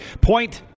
Point